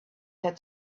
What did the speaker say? had